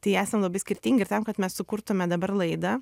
tai esam labai skirtingi ir tam kad mes sukurtume dabar laidą